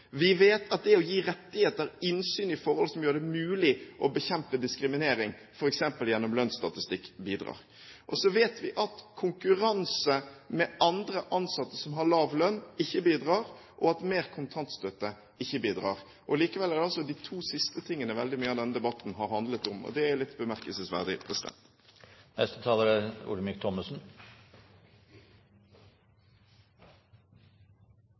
Vi vet at det å gi rettigheter, innsyn i forhold som gjør det mulig å bekjempe diskriminering, f.eks. gjennom lønnsstatistikk, bidrar. Og så vet vi at konkurranse med andre ansatte som har lav lønn, ikke bidrar, og at mer kontantstøtte ikke bidrar. Likevel er det altså de to siste tingene veldig mye av denne debatten har handlet om, og det er litt bemerkelsesverdig. Det er